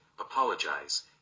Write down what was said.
apologize